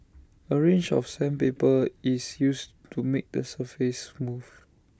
A range of sandpaper is used to make the surface smooth